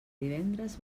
divendres